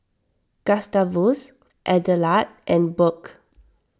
Gustavus Adelard and Burke